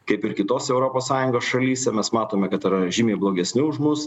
kaip ir kitose europos sąjungos šalyse mes matome kad yra žymiai blogesni už mus